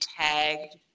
tagged